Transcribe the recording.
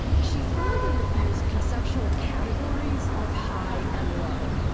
she further refused conceptual categories of high and low,